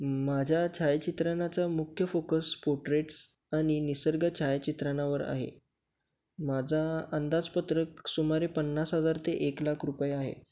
माझ्या छायाचित्रणाचा मुख्य फोकस पोर्ट्रेट्स आणि निसर्ग छायाचित्रणावर आहे माझा अंदाजपत्रक सुमारे पन्नास हजार ते एक लाख रुपये आहे